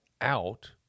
out